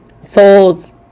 soul's